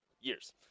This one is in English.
years